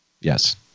Yes